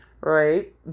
Right